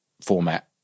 format